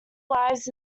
lives